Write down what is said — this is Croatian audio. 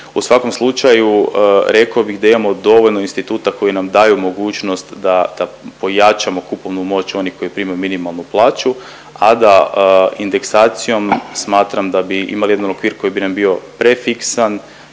U svakom slučaju rekao bih da imamo dovoljno instituta koji nam daju mogućnost da pojačamo kupovnu moć onih koji primaju minimalnu plaću, a da indeksacijom smatram da bi imali jedan okvir koji bi nam bio prefiksan,